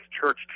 church